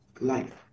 life